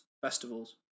festivals